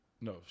No